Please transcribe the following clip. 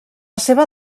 seva